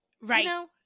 right